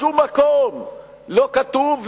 בשום מקום לא כתוב,